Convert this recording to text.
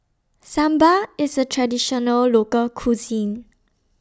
Sambar IS A Traditional Local Cuisine